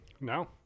No